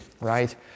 right